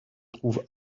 trouve